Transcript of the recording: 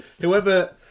whoever